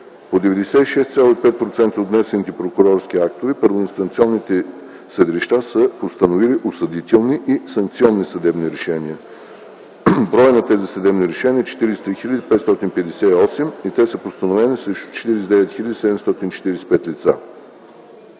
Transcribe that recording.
По 96,5% от внесените прокурорски актове първоинстанционните съдилища са постановили осъдителни и санкционни съдебни решения. Броят на тези съдебни решения е 43 хил. 558 и те са постановени срещу 49 хил.